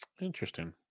Interesting